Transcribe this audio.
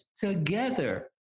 together